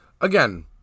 again